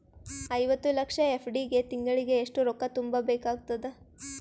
ಐವತ್ತು ಲಕ್ಷ ಎಫ್.ಡಿ ಗೆ ತಿಂಗಳಿಗೆ ಎಷ್ಟು ರೊಕ್ಕ ತುಂಬಾ ಬೇಕಾಗತದ?